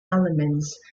elements